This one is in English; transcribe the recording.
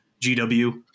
GW